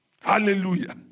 Hallelujah